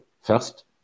first